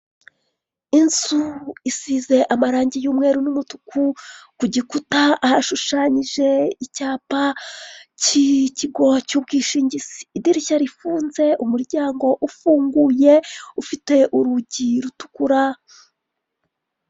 Inzu isize amarange y'umweru n'umutuku kugikuta hashushanyije icyapa kikigo cyubwishingizi, idirishya rifunze umuryango ufunguye ufite urugi rutukura.